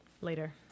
Later